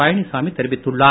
பழனிசாமி தெரிவித்துள்ளார்